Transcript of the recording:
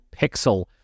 Pixel